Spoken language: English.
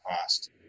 past